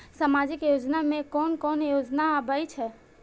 सामाजिक योजना में कोन कोन योजना आबै छै?